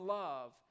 love